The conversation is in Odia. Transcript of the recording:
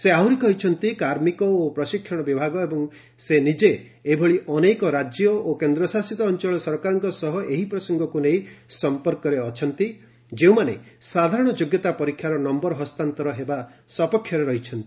ସେ ଆହୁରି କହିଛନ୍ତି କାର୍ମିକ ଓ ପ୍ରଶିକ୍ଷଣ ବିଭାଗ ଏବଂ ସେ ନିଜେ ଏଭଳି ଅନେକ ରାଜ୍ୟ ଓ କେନ୍ଦ୍ରଶାସିତ ଅଞ୍ଚଳ ସରକାରଙ୍କ ସହ ଏହି ପ୍ରସଙ୍ଗକୁ ନେଇ ସମ୍ପର୍କରେ ଅଛନ୍ତି ଯେଉଁମାନେ ସାଧାରଣ ଯୋଗ୍ୟତା ପରୀକ୍ଷାର ନମ୍ଭର ହସ୍ତାନ୍ତର ହେବା ସପକ୍ଷରେ ରହିଛନ୍ତି